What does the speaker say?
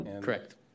Correct